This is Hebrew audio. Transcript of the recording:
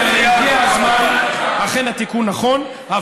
אכן, התיקון נכון.